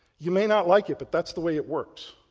you may not like it but that's the way it works.